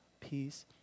peace